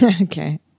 Okay